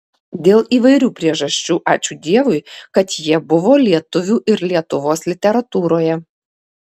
dėl įvairių priežasčių ačiū dievui kad jie buvo lietuvių ir lietuvos literatūroje